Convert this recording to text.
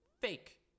Fake